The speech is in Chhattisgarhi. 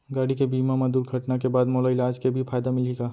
गाड़ी के बीमा मा दुर्घटना के बाद मोला इलाज के भी फायदा मिलही का?